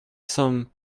some